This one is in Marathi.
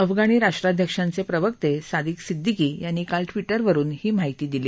अफगाणी राष्ट्राध्यक्षांचे प्रवक्ते सादिक सिद्दीकी यांनी काल ट्विटरवरून ही माहिती दिली